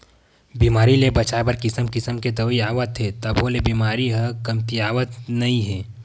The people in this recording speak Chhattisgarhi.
बेमारी ले बचाए बर किसम किसम के दवई आवत हे तभो ले बेमारी ह कमतीयावतन नइ हे